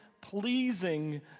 pleasing